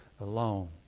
Alone